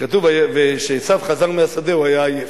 כתוב שעשו חזר מהשדה והוא היה עייף.